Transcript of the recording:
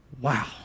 Wow